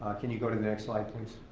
ah can you go to the next slide please?